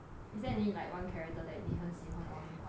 is there any like one character that 你很喜欢 or 很讨厌